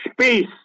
space